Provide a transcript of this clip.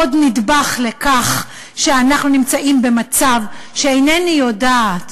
עוד נדבך במצב שאיני יודעת